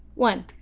one.